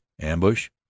Ambush